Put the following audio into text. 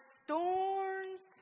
storms